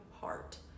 heart